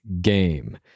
game